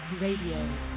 Radio